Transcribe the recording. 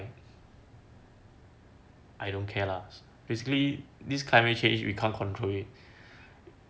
I don't care lah basically this climate change we can't control it